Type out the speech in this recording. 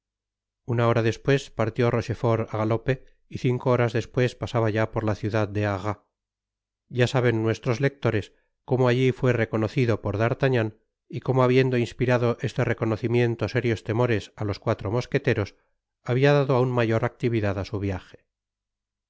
una hora despues partió rochefort á galope y cinco horas despues pasaba ya por la ciudad de arras ya saben nuestros lectores como alli fué reconocida por d'artagnan y como habiendo inspirado este reconocimiento serios temoresá los cuatro mosqueteros habia dado aun mayor actividad á su viaje